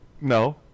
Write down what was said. No